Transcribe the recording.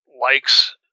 likes